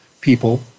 people